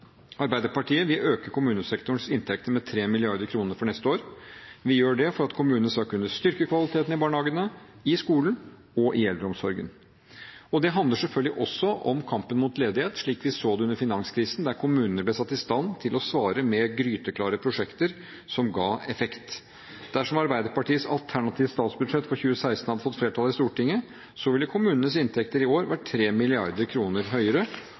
Arbeiderpartiet vil øke kommunesektorens inntekter med 3 mrd. kr for neste år. Vi gjør det for at kommunene skal kunne styrke kvaliteten i barnehagene, i skolen og i eldreomsorgen. Det handler selvfølgelig også om kampen mot ledighet, slik vi så det under finanskrisen, der kommunene ble satt i stand til å svare med gryteklare prosjekter som ga effekt. Dersom Arbeiderpartiets alternative statsbudsjett for 2016 hadde fått flertall i Stortinget, ville kommunenes inntekter i år vært 3 mrd. kr høyere.